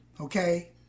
okay